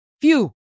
Phew